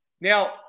Now